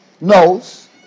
knows